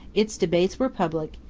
its debates were public,